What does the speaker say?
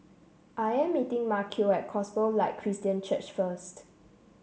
I am meeting Maceo at Gospel Light Christian Church first